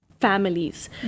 families